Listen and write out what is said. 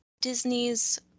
Disney's